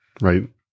right